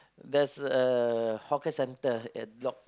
there's a hawker center at block